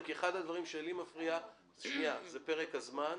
אחד הדברים שלי מפריע זה פרק הזמן.